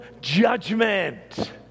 judgment